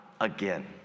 again